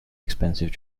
expensive